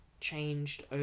changed